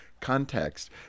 context